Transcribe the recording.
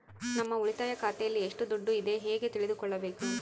ನಮ್ಮ ಉಳಿತಾಯ ಖಾತೆಯಲ್ಲಿ ಎಷ್ಟು ದುಡ್ಡು ಇದೆ ಹೇಗೆ ತಿಳಿದುಕೊಳ್ಳಬೇಕು?